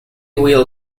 wheel